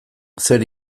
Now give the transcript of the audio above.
zer